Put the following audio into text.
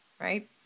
right